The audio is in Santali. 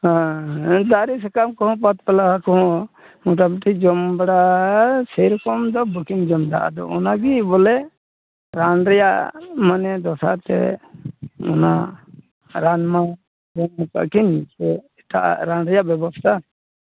ᱦᱮᱸ ᱫᱟᱨᱮ ᱥᱟᱠᱟᱢ ᱠᱚ ᱦᱚᱸ ᱯᱟᱛ ᱯᱟᱞᱦᱟ ᱠᱚᱦᱚᱸ ᱢᱚᱴᱟᱢᱩᱴᱤ ᱡᱚᱢ ᱵᱟᱲᱟ ᱥᱮᱨᱚᱠᱚᱢ ᱫᱚ ᱵᱟᱠᱤᱱ ᱡᱚᱢᱫᱟ ᱟᱫᱚ ᱚᱱᱟᱜᱮ ᱵᱚᱞᱮ ᱨᱟᱱ ᱨᱮᱭᱟᱜ ᱢᱟᱱᱮ ᱫᱚᱥᱟᱨ ᱛᱮ ᱚᱱᱟ ᱨᱟᱱ ᱢᱟ ᱡᱚᱢᱠᱟᱜᱼᱟ ᱠᱤᱱ ᱛᱚ ᱮᱴᱟᱜᱼᱟᱜ ᱨᱟᱱ ᱨᱮᱭᱟᱜ ᱵᱮᱵᱚᱥᱛᱟ